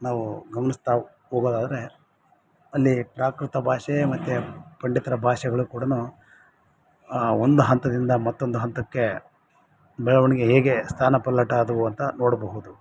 ನಾವು ಗಮನಿಸ್ತಾ ಹೋಗೋದಾದ್ರೆ ಅಲ್ಲಿ ಪ್ರಾಕೃತ ಭಾಷೆ ಮತ್ತು ಪಂಡಿತರ ಭಾಷೆಗಳು ಕೂಡ ಒಂದು ಹಂತದಿಂದ ಮತ್ತೊಂದು ಹಂತಕ್ಕೆ ಬೆಳವಣಿಗೆ ಹೇಗೆ ಸ್ಥಾನಪಲ್ಲಟ ಆದವು ಅಂತ ನೋಡಬಹುದು